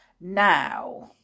Now